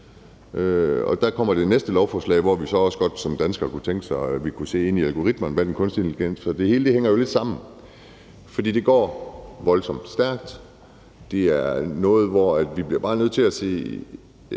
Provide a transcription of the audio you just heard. Der kommer det næste lovforslag, hvor vi som danskere godt kunne tænke os, at vi kunne se ind i algoritmerne, hvad kunstig intelligens angår, for det hele hænger jo lidt sammen, og det går voldsomt stærkt. Det er noget, hvor vi bare bliver nødt til at sige,